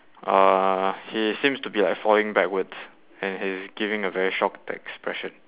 uh he seems to be like falling backwards and he's giving a very shocked expression